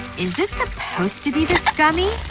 is it supposed to be this gummy?